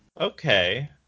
Okay